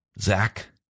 Zach